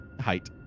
height